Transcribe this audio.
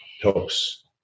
helps